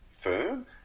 firm